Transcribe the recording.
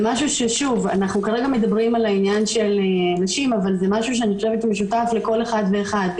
אנחנו כרגע מדברים על נשים אבל זה משהו שהוא משותף לכל אחד ואחד.